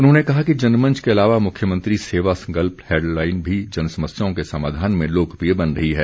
उन्होंने कहा कि जनमंच के अलावा मुख्यमंत्री सेवा संकल्प हैल्पलाईन भी जन समस्याओं के समाधान में लोकप्रिय बन रही है